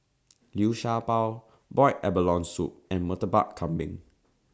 Liu Sha Bao boiled abalone Soup and Murtabak Kambing